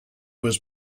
was